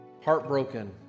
heartbroken